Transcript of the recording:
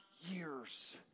years